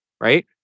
right